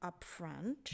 upfront